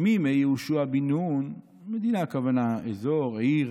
בימי יהושע בן נון" מדינה, הכוונה אזור, עיר